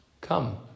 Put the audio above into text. Come